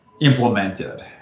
implemented